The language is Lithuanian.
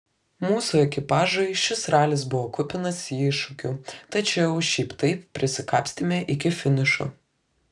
mūsų ekipažui šis ralis buvo kupinas iššūkių tačiau šiaip taip prisikapstėme iki finišo